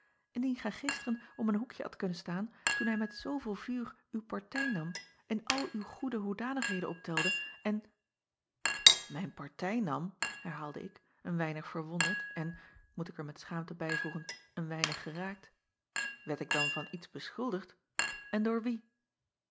indien gij gisteren om een hoekje hadt kunnen staan toen hij met zooveel vuur uw partij nam en al uw goede hoedanigheden optelde en ijn partij nam herhaalde ik een weinig verwonderd en moet ik er met schaamte bijvoegen een weinig geraakt werd ik dan van iets beschuldigd n door wie